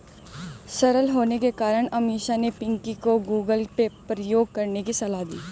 सरल होने के कारण अमीषा ने पिंकी को गूगल पे प्रयोग करने की सलाह दी